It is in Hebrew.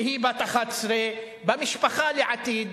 שהיא בת 11, במשפחה לעתיד.